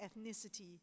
ethnicity